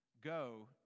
go